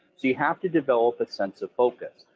you have to develop a sense of focus.